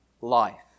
life